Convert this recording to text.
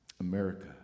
America